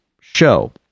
show